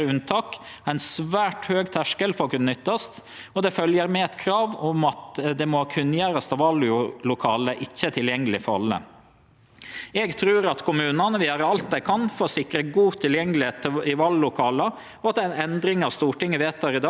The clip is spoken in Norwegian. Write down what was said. Eg trur at kommunane vil gjere alt dei kan for å sikre god tilgjenge i vallokala, og at den endringa Stortinget vedtek, vil bidra til at det vert enklare for alle å stemme. Departementet vil følgje med på utviklinga av dette framover gjennom evalueringar.